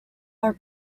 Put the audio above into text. are